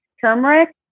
Turmeric